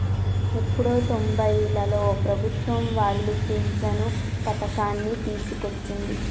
ఎప్పుడో తొంబైలలో ప్రభుత్వం వాళ్లు పించను పథకాన్ని తీసుకొచ్చింది